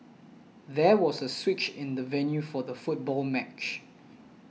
there was a switch in the venue for the football match